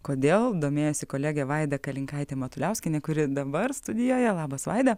kodėl domėjosi kolegė vaida kalinkaitė matuliauskienė kuri dabar studijoje labas vaida